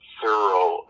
thorough